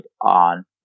on